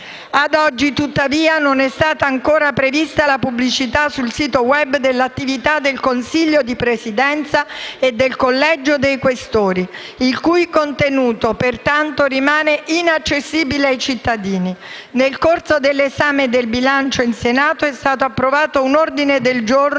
Ad oggi, tuttavia, non è ancora stata prevista la pubblicità sul sito *web* dell'attività del Consiglio di Presidenza e del Collegio dei Questori, il cui contenuto, pertanto, rimane inaccessibile ai cittadini. Nel corso dell'esame del bilancio interno del Senato dell'anno 2016 è stato approvato un ordine del giorno